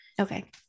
okay